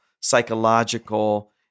psychological